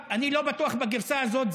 אני לא בטוח בגרסה הזאת,